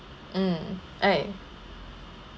mm eh